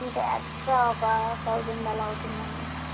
ఇంకా ఎక్స్ట్రా ఒక థౌజండ్ ఆలా అవుతుందండి